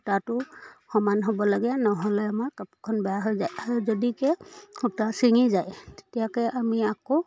সূতাটো সমান হ'ব লাগে নহ'লে আমাৰ কাপোৰখন বেয়া হৈ যায় আৰু যদিকে সূতা ছিঙি যায় তেতিয়াকৈ আমি আকৌ